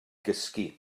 gysgu